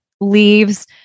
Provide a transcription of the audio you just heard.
leaves